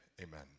amen